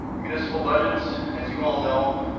municipal budgets, as you all know,